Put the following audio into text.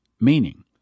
Meaning